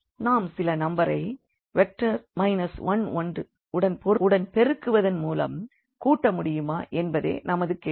x1 1 y 1 1 1 2 நாம் சில நம்பரை வெக்டர் 1 1 உடன் பெருக்குவதன் மூலம் கூட்ட முடியுமா என்பதே நமது கேள்வி